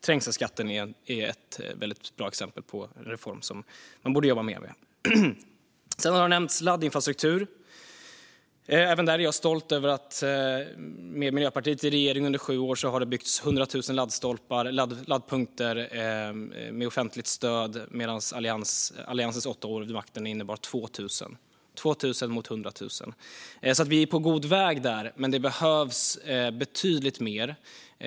Trängselskatten är ett väldigt bra exempel på en reform som man borde jobba mer med. Laddinfrastruktur har nämnts. Även där är jag stolt över att det under sju år med Miljöpartiet i regeringen har byggts 100 000 laddstolpar och laddpunkter med offentligt stöd. Alliansens åtta år vid makten innebar 2 000 - 2 000 mot 100 000. Vi är alltså på god väg där, men det behövs betydligt mer.